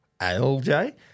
ALJ